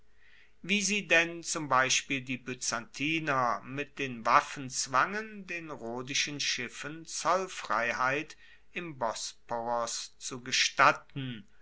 wie sie denn zum beispiel die byzantier mit den waffen zwangen den rhodischen schiffen zollfreiheit im bosporos zu gestatten